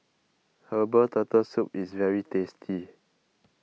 Herbal Turtle Soup is very tasty